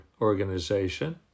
Organization